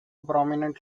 prominent